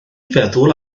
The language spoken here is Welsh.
feddwl